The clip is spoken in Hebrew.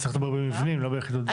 צריך לדבר במבנים, לא ביחידות דיור.